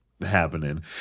happening